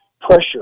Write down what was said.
pressure